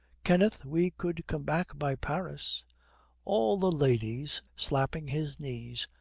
kenneth, we could come back by paris all the ladies slapping his knees,